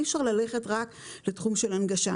אי אפשר ללכת רק לתחום של הנגשה.